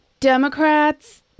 Democrats